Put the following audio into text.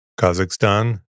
Kazakhstan